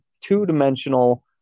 two-dimensional